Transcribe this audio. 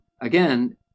Again